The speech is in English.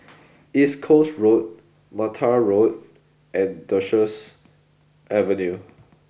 East Coast Road Mattar Road and Duchess Avenue